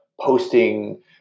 posting